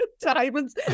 diamonds